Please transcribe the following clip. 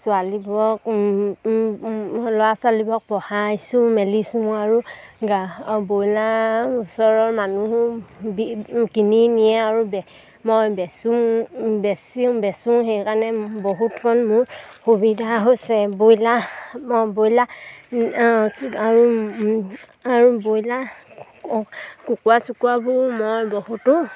ছোৱালীবোৰক ল'ৰা ছোৱালীবোৰক পঢ়াইছোঁ মেলিছোঁ আৰু ব্ৰইলাৰ ওচৰৰ মানুহো কিনি নিয়ে আৰু মই বেচোঁ বেচি বেচোঁ সেইকাৰণে বহুতখন মোৰ সুবিধা হৈছে বইলা ব্ৰইলাৰ আৰু আৰু ব্ৰইলাৰ কুকুৰা চুকোৱাবোৰ মই বহুতো